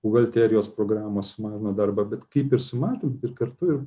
buhalterijos programos mano darbą bet kaip ir matom ir kartu ir